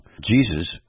Jesus